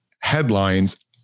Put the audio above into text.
headlines